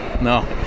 No